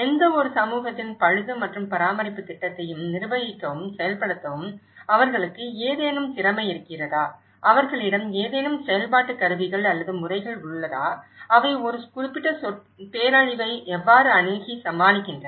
எந்தவொரு சமூகத்தின் பழுது மற்றும் பராமரிப்பு திட்டத்தையும் நிர்வகிக்கவும் செயல்படுத்தவும் அவர்களுக்கு ஏதேனும் திறமை இருக்கிறதா அவர்களிடம் ஏதேனும் செயல்பாட்டு கருவிகள் அல்லது முறைகள் உள்ளதா அவை ஒரு குறிப்பிட்ட பேரழிவை எவ்வாறு அணுகி சமாளிக்கின்றன